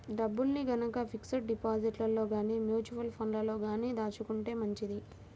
డబ్బుల్ని గనక ఫిక్స్డ్ డిపాజిట్లలో గానీ, మ్యూచువల్ ఫండ్లలో గానీ దాచుకుంటే మంచిది